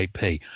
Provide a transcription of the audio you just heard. ap